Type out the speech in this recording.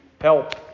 help